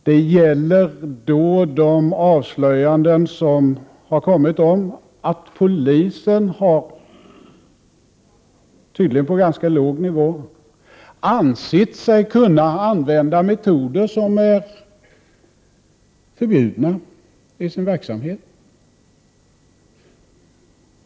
Den gäller de avslöjanden som har kommit om att polisen, tydligen på ganska låg nivå, har ansett sig kunna använda metoder i sin verksamhet som är förbjudna.